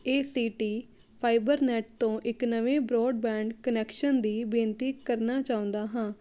ਏ C T Fibernet ਤੋਂ ਇੱਕ ਨਵੇਂ ਬ੍ਰਾਡਬੈਂਡ ਕੁਨੈਕਸ਼ਨ ਦੀ ਬੇਨਤੀ ਕਰਨਾ ਚਾਹੁੰਦਾ ਹਾਂ